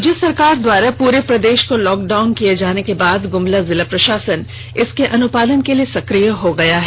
राज्य सरकार के द्वारा पूरे प्रदेश को लॉक डाउन किए जाने के बाद ग्रमला जिला प्रशासन इसके अनुपालन के लिए सक्रिय हो गया है